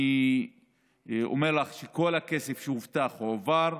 אני אומר לך שכל הכסף שהובטח הועבר.